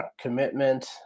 commitment